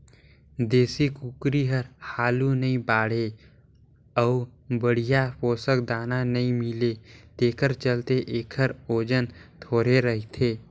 देसी कुकरी हर हालु नइ बाढ़े अउ बड़िहा पोसक दाना नइ मिले तेखर चलते एखर ओजन थोरहें रहथे